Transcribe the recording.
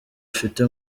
afite